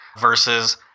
versus